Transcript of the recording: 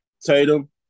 Tatum